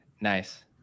nice